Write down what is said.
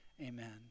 Amen